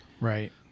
Right